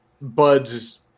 Bud's –